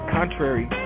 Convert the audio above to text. contrary